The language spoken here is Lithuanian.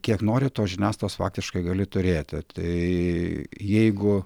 kiek nori tos žiniasklaidos faktiškai gali turėti tai jeigu